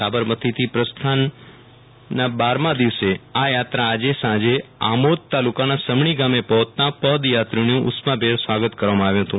સાબરમતી થી પ્રસ્થાન ના બારમાં દિવસે આ યાત્રા આજે સાંજે આમોદ તાલુકા ના સમણી ગામે પહોંચતા પદયાત્રીઓ નું ઉષ્માભેર સ્વાગત કરવામાં આવ્યું હતું